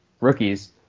rookies